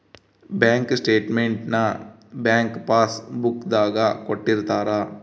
bank statement ನ bank passbook ದಾಗ ಕೊಟ್ಟಿರ್ತಾರ